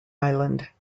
island